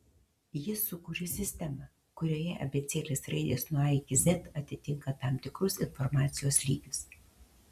jis sukūrė sistemą kurioje abėcėlės raidės nuo a iki z atitinka tam tikrus informacijos lygius